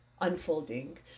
unfolding